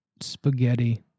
spaghetti